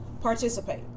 participate